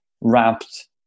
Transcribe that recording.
wrapped